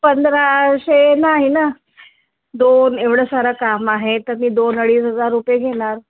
पंधराशे नाही ना दोन एवढं सारं काम आहे तर मी दोन अडीच हजार रुपये घेणार